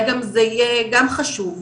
אולי גם זה יהיה גם חשוב,